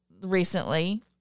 recently